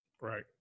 right